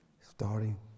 starting